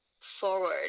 forward